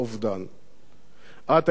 את היית לצדו יום וליל.